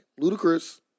Ludacris